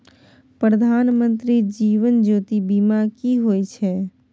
प्रधानमंत्री जीवन ज्योती बीमा की होय छै?